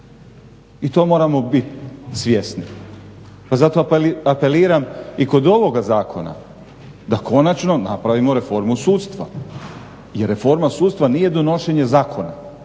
I to moramo biti svjesni. Pa zato apeliram i kod ovoga zakona da konačno napravimo reformu sudstva jer reforma sudstva nije donošenje zakona,